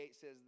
says